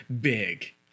big